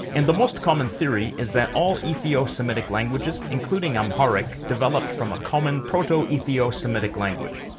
and the most common theory is that all ethiosemitic languages, including amharic, developed from a common proto-ethiosemitic language.